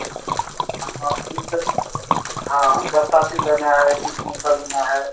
हाँ बरसाती लेना है की कौन सा लेना है